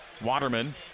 Waterman